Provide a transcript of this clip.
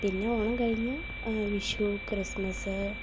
പിന്നെ ഓണം കഴിഞ്ഞ് വിഷു ക്രിസ്മസ്